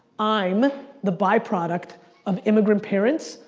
i'm the by-product of immigrant parents,